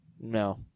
No